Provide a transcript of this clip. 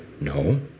No